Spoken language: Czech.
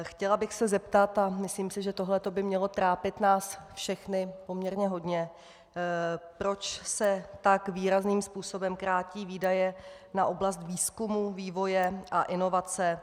Chtěla bych se zeptat, a myslím si, že tohle to by mělo trápit nás všechny poměrně hodně, proč se tak výrazným způsobem krátí výdaje na oblast výzkumu, vývoje a inovací.